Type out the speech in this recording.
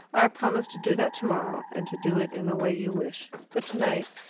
i promise to do that tomorrow, and to do it in the way you wish. but tonight,